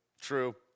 True